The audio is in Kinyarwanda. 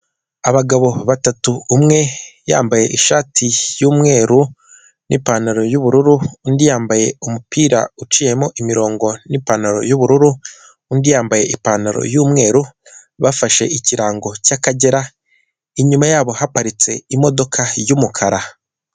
Abagabo batatu umwe yambaye ishati y'umweru n'ipantaro y'ubururu, undi yambaye umupira uciyemo imirongo n'ipantaro y'ubururu, undi yambaye ipantaro y'umweru bafashe ikirango cyakagera inyuma yabo haparitse imodoka y'umukara.